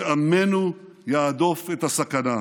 שעמנו יהדוף את הסכנה.